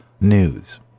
News